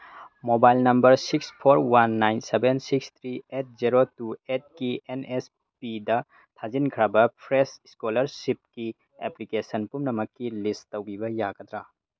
mobile number six four one nine seven six three eight zero two ꯑꯦꯠꯀꯤ ꯑꯦꯟꯑꯦꯁꯄꯤꯗ ꯊꯥꯖꯤꯟꯈ꯭ꯔꯕ fresh ꯏꯁꯀꯣꯂꯥꯔꯁꯤꯞꯀꯤ application ꯄꯨꯝꯅꯃꯛꯀꯤ ꯂꯤꯁ ꯇꯧꯕꯤꯕ ꯌꯥꯒꯗ꯭ꯔꯥ